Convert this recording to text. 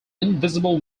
invisible